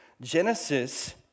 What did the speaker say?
Genesis